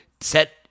set